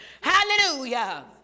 Hallelujah